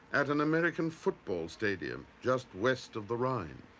at an american football stadium just west of the rhine.